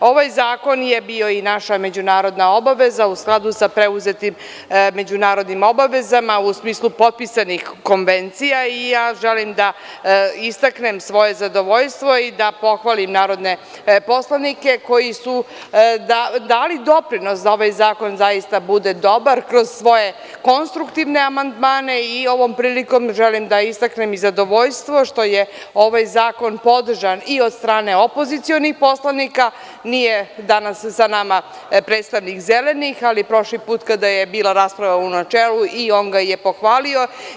Ovaj zakon je bio i naša međunarodna obaveza u skladu sa preuzetim međunarodnim obavezama, u smislu potpisanih konvencija i ja želim da istaknem svoje zadovoljstvo i da pohvalim narodne poslanike koji su dali doprinos da ovaj zakon zaista bude dobar kroz svoje konstruktivne amandmane i ovom prilikom želim da istaknem i zadovoljstvo što je ovaj zakon podržan i od strane opozicionih poslanika, nije danas sa nama predstavnik Zelenih, ali prošli put kada je bila rasprava u načelu, i on ga je pohvalio.